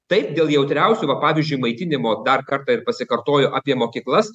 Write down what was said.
taip dėl jautriausių va pavyzdžiui maitinimo dar kartą ir pasikartoju apie mokyklas